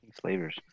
slavers